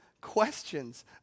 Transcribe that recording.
questions